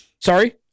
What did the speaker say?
Sorry